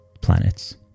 planets